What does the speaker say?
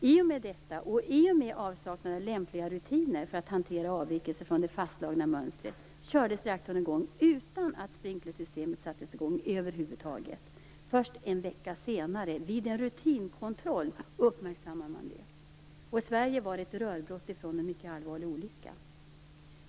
I och med detta och i och med avsaknad av lämpliga rutiner för att hantera avvikelser från det fastlagda mönstret kördes reaktorn i gång utan att sprinklersystemet sattes i gång över huvud taget. Först en vecka senare, vid en rutinkontroll, uppmärksammade man det. I Sverige var det ett rörbrott ifrån en mycket allvarlig olycka.